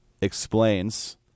explains